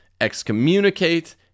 excommunicate